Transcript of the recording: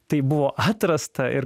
tai buvo atrasta ir